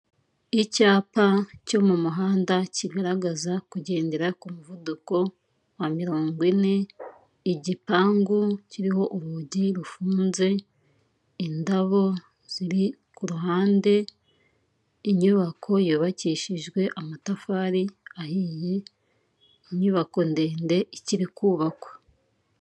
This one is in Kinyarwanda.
Icyapa cyo mu muhanda kigaragaza kugendera ku muvuduko wa mirongo ine, igipangu kiriho urugi rufunze, indabo ziri ku ruhande, inyubako yubakishijwe amatafari ahiye, inyubako ndende ikiri kubakwa.